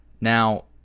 Now